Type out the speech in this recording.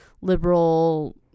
liberal